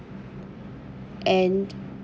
and